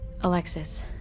Alexis